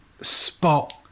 spot